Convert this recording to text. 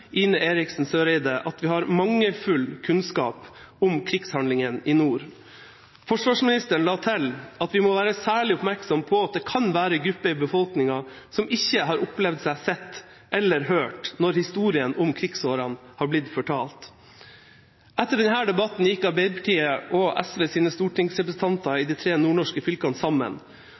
Ine M. Eriksen Søreide at vi har mangelfull kunnskap om krigshandlingene i nord. Forsvarsministeren la til at vi må være særlig oppmerksom på at det kan være en gruppe i befolkninga som ikke har opplevd seg sett eller hørt når historien om krigsåra har blitt fortalt. Etter denne debatten gikk Arbeiderpartiets og SVs stortingsrepresentanter i de tre nordnorske fylkene sammen